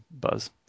buzz